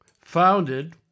founded